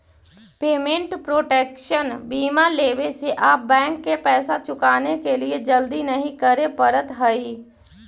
payment protection बीमा लेवे से आप बैंक के पैसा चुकाने के लिए जल्दी नहीं करे पड़त हई